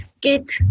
get